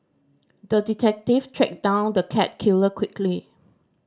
the detective tracked down the cat killer quickly